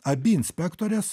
abi inspektorės